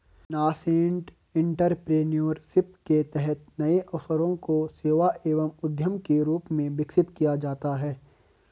nascent entrepreneurship के तहत नए अवसरों को सेवा एवं उद्यम के रूप में विकसित किया जाता है